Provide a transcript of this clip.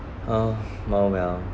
uh oh well